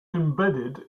embedded